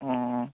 ᱚᱸ